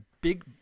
big